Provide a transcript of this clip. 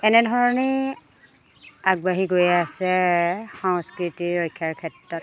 এনেধৰণেই আগবাঢ়ি গৈয়ে আছে সংস্কৃতিৰ ৰক্ষাৰ ক্ষেত্ৰত